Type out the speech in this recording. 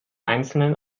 einzelnen